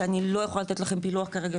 שאני לא אוכל לתת לכם פילוח כרגע,